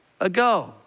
ago